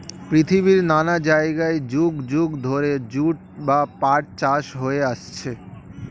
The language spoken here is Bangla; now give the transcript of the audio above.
পৃথিবীর নানা জায়গায় যুগ যুগ ধরে জুট বা পাট চাষ হয়ে আসছে